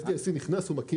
כשה-FDIC נכנס הוא בעצם מקים